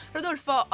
Rodolfo